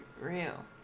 real